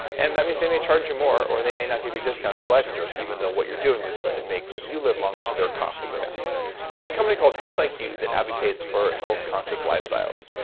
and that means they may charge you more, or they may not give you a discount on your life insurance, even though what you're doing is going to make you live longer, so their costs will go down there's a company called health like iq that advocates for health conscious lifestyles.